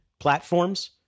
platforms